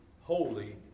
holy